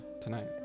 tonight